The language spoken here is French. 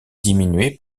diminuée